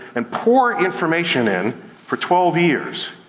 and pour information in for twelve years.